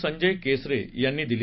संजय केसरे यांनी दिली